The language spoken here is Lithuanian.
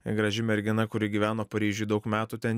graži mergina kuri gyveno paryžiuj daug metų ten